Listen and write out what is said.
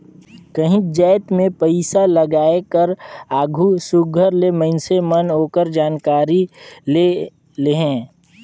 काहींच जाएत में पइसालगाए कर आघु सुग्घर ले मइनसे मन ओकर जानकारी ले लेहें